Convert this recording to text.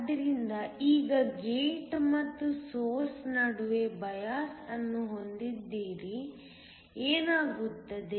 ಆದ್ದರಿಂದ ಈಗ ಗೇಟ್ ಮತ್ತು ಸೋರ್ಸ್ ನಡುವೆ ಬಯಾಸ್ ಅನ್ನು ಹೊಂದಿದ್ದರೆ ಏನಾಗುತ್ತದೆ